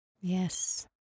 Yes